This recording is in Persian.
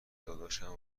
داداشم